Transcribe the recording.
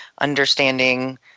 understanding